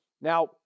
Now